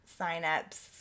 signups